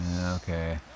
okay